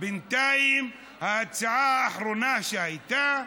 בינתיים ההצעה האחרונה הייתה: